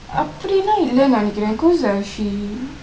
அப்படிலா இல்லனு நினைக்கிறேன்:apdila illanu ninakiren because she